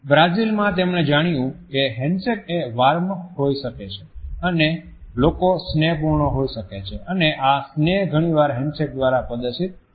બ્રાઝિલમાં તેમણે જાણ્યું કે હેન્ડશેક એ વાર્મ હોય શકે છે અને લોકો સ્નેહપૂર્ણ હોય શકે છે અને આ સ્નેહ ઘણીવાર હેન્ડશેક દ્વારા પ્રદર્શિત કરવામાં આવે છે